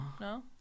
No